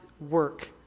work